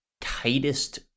tightest